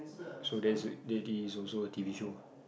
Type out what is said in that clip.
so that's it that is also a t_v show